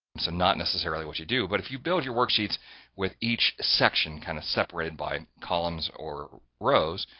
so, not necessarily what you do, but if you build your worksheets with each section kind of separated by columns or rows,